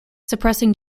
suppressing